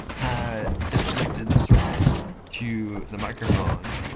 had disconnected the circuit to the microphone,